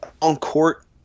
on-court